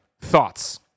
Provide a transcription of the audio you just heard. Thoughts